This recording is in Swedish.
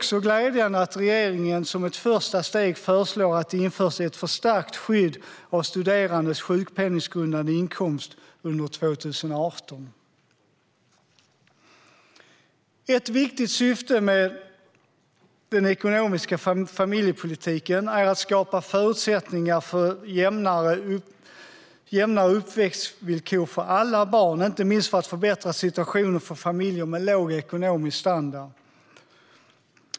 Därför är det glädjande att regeringen som ett första steg föreslår att det införs ett förstärkt skydd av studerandes sjukpenninggrundande inkomst under 2018. Ett viktigt syfte med den ekonomiska familjepolitiken är att skapa förutsättningar för jämna uppväxtvillkor för alla barn och inte minst att förbättra situationen för familjer med låg ekonomisk standard.